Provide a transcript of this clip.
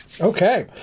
Okay